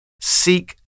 seek